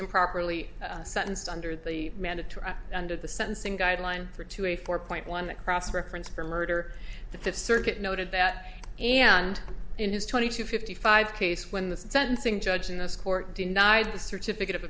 improperly sentenced under the mandatory under the sentencing guideline for to a four point one the cross reference for murder the fifth circuit noted that and in his twenty two fifty five case when the sentencing judge in this court denied the certificate of